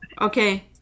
okay